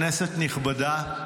כנסת נכבדה,